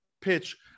pitch